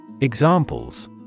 Examples